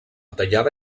tallada